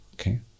Okay